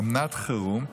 אומנת חירום,